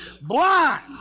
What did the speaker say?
blind